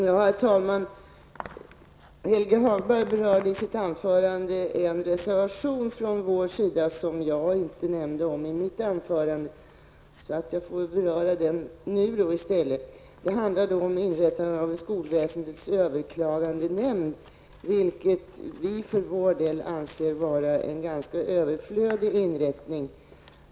Herr talman! Helge Hagberg berörde i sitt anförande en reservation från vår sida som jag inte nämnde i mitt anförande. Jag får väl därför beröra den nu i stället. Reservationen handlar om inrättandet av skolväsendets överklagandenämnd, vilket vi för vår del anser vara en ganska överflödig inrättning.